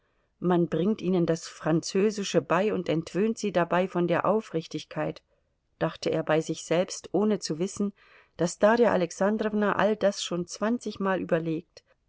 man bringt ihnen das französische bei und entwöhnt sie dabei von der aufrichtigkeit dachte er bei sich selbst ohne zu wissen daß darja alexandrowna all das schon zwanzigmal überlegt